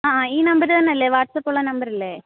ആ ഈ നമ്പർ തന്നെ അല്ലേ വാട്സപ്പുള്ള നമ്പര് അല്ലേ